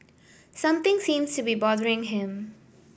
something seems to be bothering him